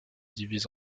divise